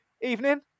evening